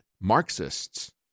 Marxists